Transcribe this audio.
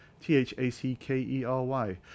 T-H-A-C-K-E-R-Y